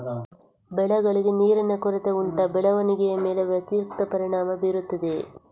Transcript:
ಬೆಳೆಗಳಿಗೆ ನೀರಿನ ಕೊರತೆ ಉಂಟಾ ಬೆಳವಣಿಗೆಯ ಮೇಲೆ ವ್ಯತಿರಿಕ್ತ ಪರಿಣಾಮಬೀರುತ್ತದೆಯೇ?